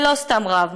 ולא סתם רב,